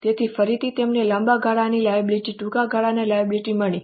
તેથી ફરીથી તમને લાંબા ગાળાની લાયબિલિટી ટૂંકા ગાળાની લાયબિલિટી મળી